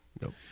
Nope